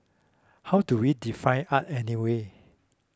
how do we define art anyway